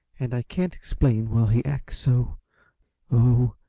and i can't explain while he acts so oh,